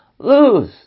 Lose